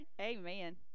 Amen